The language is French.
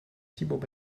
thibault